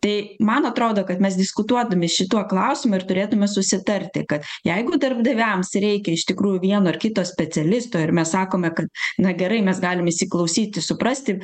tai man atrodo kad mes diskutuodami šituo klausimu ir turėtume susitarti kad jeigu darbdaviams reikia iš tikrųjų vieno ar kito specialisto ir mes sakome kad na gerai mes galim įsiklausyti suprasti